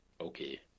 Okay